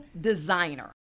designer